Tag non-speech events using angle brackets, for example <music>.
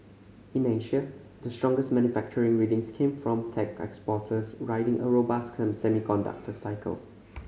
in Asia the strongest manufacturing readings came from tech exporters riding a robust <unintelligible> semiconductor cycle